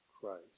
Christ